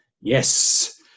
Yes